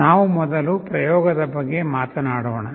ನಾವು ಮೊದಲು ಪ್ರಯೋಗದ ಬಗ್ಗೆ ಮಾತನಾಡೋಣ